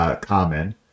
common